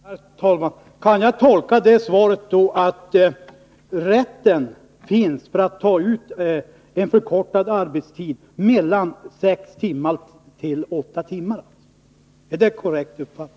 Herr talman! Kan jag tolka det svaret så att rätten finns att ta ut förkortad arbetstid mellan sex timmar och åtta timmar? Är det korrekt uppfattat?